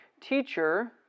Teacher